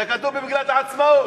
זה כתוב במגילת העצמאות.